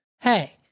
Hey